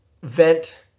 vent